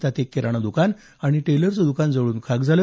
त्यात एक किराणा दुकान आणि टेलरचं द्कान जळून खाक झालं